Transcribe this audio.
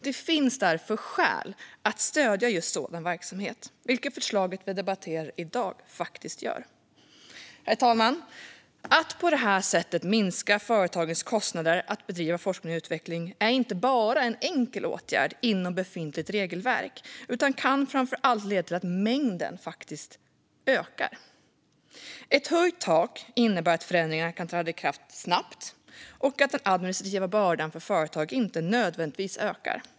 Det finns därför skäl att stödja just sådan verksamhet, vilket förslaget vi debatterar i dag faktiskt gör. Herr talman! Att på det här sättet minska företagens kostnader för att bedriva forskning och utveckling är inte bara en enkel åtgärd inom befintligt regelverk utan kan framför allt leda till att mängden faktiskt ökar. Ett höjt tak innebär att förändringen kan träda i kraft snabbt och att den administrativa bördan för berörda företag inte nödvändigtvis ökar.